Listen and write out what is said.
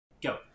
Go